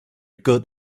good